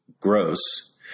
gross